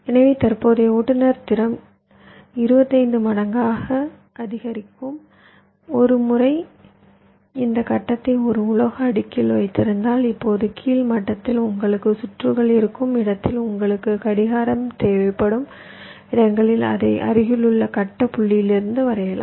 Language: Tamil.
எனவே தற்போதைய ஓட்டுநர் திறன் 25 மடங்கு அதிகமாக இருக்கும் ஒரு முறை இந்த கட்டத்தை ஒரு உலோக அடுக்கில் வைத்திருந்தால் இப்போது கீழ் மட்டத்தில் உங்களுக்கு சுற்றுகள் இருக்கும் இடத்தில் உங்களுக்கு கடிகாரம் தேவைப்படும் இடங்களில் அதை அருகிலுள்ள கட்ட புள்ளியிலிருந்து வரையலாம்